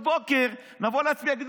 ויכול להיות שכשנגיע לפנות בוקר ונבוא להצביע,